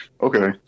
okay